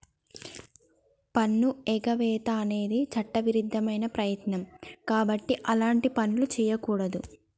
పన్నుఎగవేత అనేది చట్టవిరుద్ధమైన ప్రయత్నం కాబట్టి అలాంటి పనులు చెయ్యకూడదు